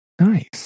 nice